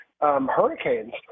hurricanes